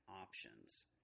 options